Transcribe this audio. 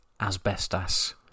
asbestos